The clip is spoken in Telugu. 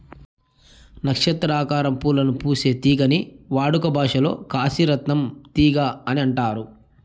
నక్షత్ర ఆకారం పూలను పూసే తీగని వాడుక భాషలో కాశీ రత్నం తీగ అని అంటారు